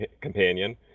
companion